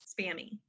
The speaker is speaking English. spammy